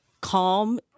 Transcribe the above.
calm